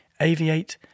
aviate